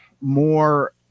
more